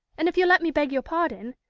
and if you'll let me beg your pardon.